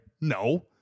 No